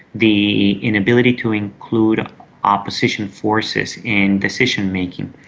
the inability to include opposition forces in decision-making.